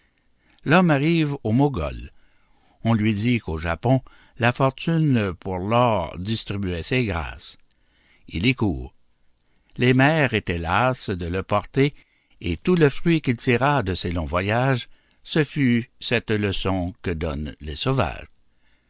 l'homme arrive au mogol on lui dit qu'au japon la fortune pour lors distribuait ses grâces il y court les mers étaient lasses de le porter et tout le fruit qu'il tira de ses longs voyages ce fut cette leçon que donnent les sauvages